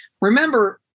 Remember